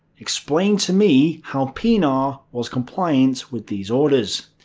explain to me how pienaar was compliant with these orders?